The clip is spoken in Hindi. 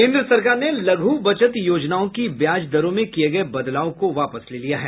केन्द्र सरकार ने लघु बचत योजनाओं की ब्याज दरों में किए गए बदलाव को वापस ले लिया है